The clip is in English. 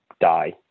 die